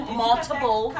multiple